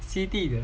吸地的